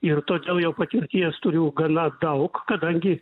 ir todėl jau patirties turiu gana daug kadangi